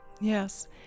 Yes